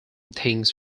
things